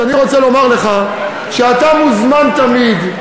אני רוצה לומר לך שאתה מוזמן תמיד,